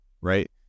right